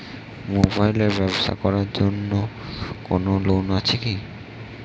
Mobile এর ব্যাবসার জন্য কোন লোন আছে কি?